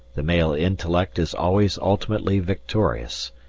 the male intellect is always ultimately victorious,